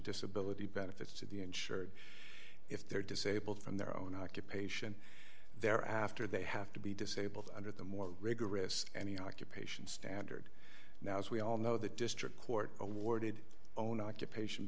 disability benefits to the insured if they're disabled from their own occupation there after they have to be disabled under the more rigorous any occupation standard now as we all know the district court awarded own occupation